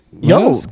yo